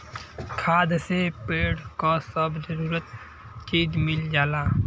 खाद से पेड़ क सब जरूरी चीज मिल जाला